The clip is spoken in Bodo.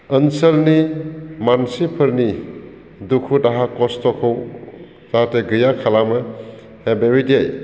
ओनसोलनि मानसिफोरनि दुखु दाहा कस्त'खौ जाहाथे गैया खालामो बेबादि